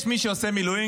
יש מי שעושה מילואים,